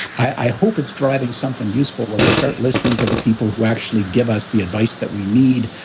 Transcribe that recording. i hope it's driving something useful where we start listening to the people who actually give us the advice that we need,